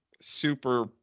super